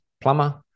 plumber